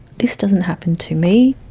this doesn't happen to me.